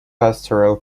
pastoral